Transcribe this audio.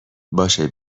باشه